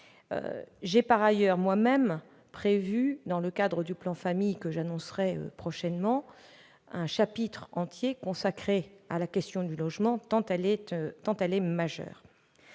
2018. Par ailleurs, dans le cadre du plan Famille que j'annoncerai prochainement, un chapitre entier sera consacré à la question du logement, tant celle-ci est majeure.